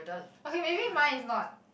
okay maybe my is not